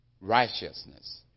righteousness